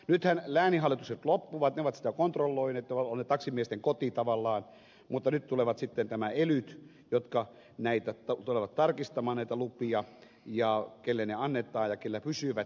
nythän lääninhallitukset loppuvat ne ovat taksialaa kontrolloineet ovat olleet taksimiesten koti tavallaan mutta nyt tulevat sitten nämä elyt jotka tulevat tarkistamaan näitä lupia sitä kelle ne annetaan ja kellä ne pysyvät